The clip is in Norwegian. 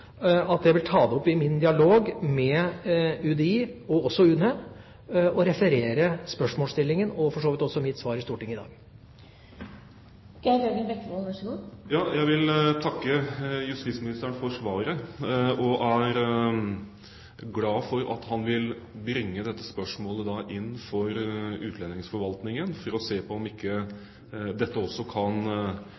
at jeg vil ta det opp i min dialog med UDI og også UNE og referere spørsmålsstillingen og for så vidt også mitt svar i Stortinget i dag. Jeg vil takke justisministeren for svaret. Jeg er glad for at han vil bringe dette spørsmålet inn for utlendingsforvaltningen for å se på om ikke